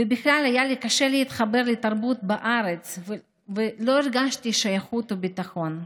ובכלל היה לי קשה להתחבר לתרבות בארץ ולא הרגשתי שייכות וביטחון.